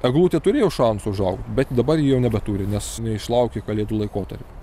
eglutė turėjo šansų užaugt bet dabar jau nebeturi nes neišlaukė kalėdų laikotarpio